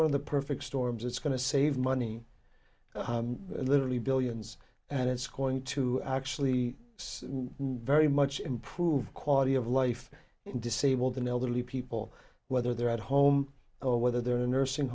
one of the perfect storms it's going to save money literally billions and it's going to actually very much improve quality of life in disabled and elderly people whether they're at home or whether they're in a nursing